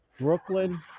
Brooklyn